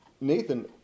Nathan